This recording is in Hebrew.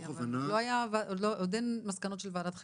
עוד אין מסקנות של ועדת חקירה,